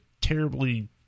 terribly